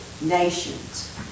Nations